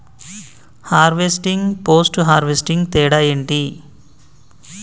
Harvesting, post harvesting తేడా ఏంటి?